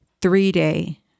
three-day